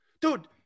Dude